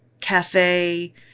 cafe